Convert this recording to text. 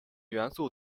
元素